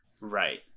right